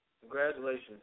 Congratulations